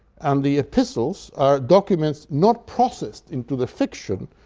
and the epistles are documents not processed into the fiction,